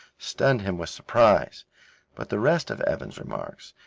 stunned him with surprise but the rest of evan's remarks,